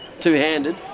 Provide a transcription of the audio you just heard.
two-handed